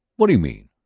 what do you mean?